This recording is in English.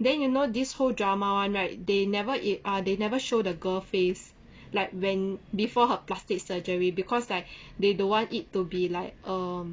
then you know this whole drama [one] right they never E ah they never show the girl face like when before her plastic surgery because like they they don't want it to be like um